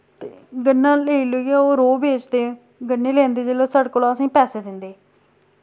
ते गन्ना लेई लुइयै ओ रौ बेचदे गन्नें लैंदे जिल्लै साढ़े कोला असें पैसे दिंदे